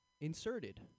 inserted